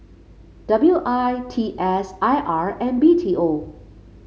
W I T S I R and B T O